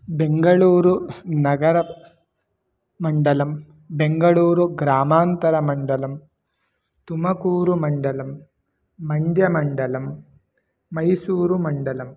बेङ्गलूरुनगर मण्डलं बेङ्गलूरुग्रामान्तरमण्डलं तुमकूरुमण्डलं मण्ड्यमण्डलं मैसूरुमण्डलम्